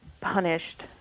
punished